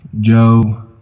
Joe